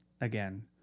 Again